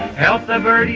help them any.